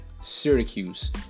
Syracuse